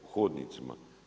U hodnicima.